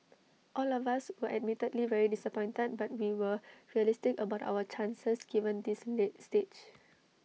all of us were admittedly very disappointed but we were realistic about our chances given this late stage